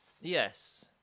Yes